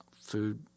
food